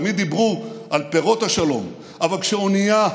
תמיד דיברו על פירות השלום, אבל כשאונייה,